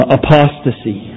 apostasy